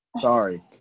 sorry